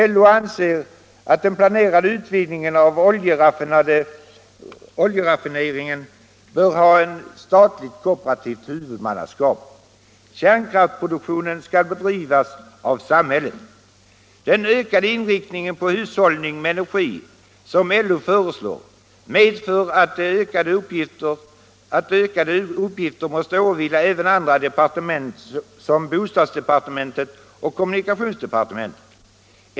LO anser att den planerade utvidgningen av oljeraffineringen bör ha statligt-kooperativt huvudmannaskap. Kärnkraftsproduktionen skall bedrivas av samhället. Den ökade inriktningen på hushållning med energi, som LO föreslår, medför att ökade uppgifter måste åvila även andra departement som bostadsdepartementet och kommunikationsdepartementet.